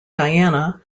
diana